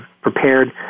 prepared